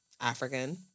African